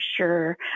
sure